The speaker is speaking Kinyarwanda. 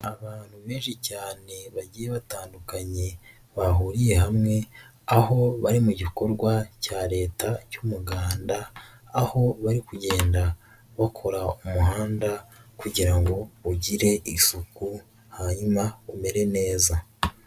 Abantu benshi cyane bagiye batandukanye bahuriye hamwe aho bari gikorwa cya Leta cy'umuganda aho bari kugenda bakora umuhanda kugira ngo ugire isuku hanyuma umere neza.